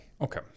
Okay